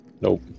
Nope